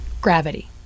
Gravity